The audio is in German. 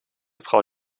frau